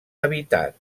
habitat